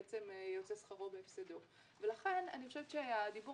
בעצם יוצא שכרו בהפסדו ולכן אני חושבת שהדיבור